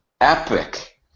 epic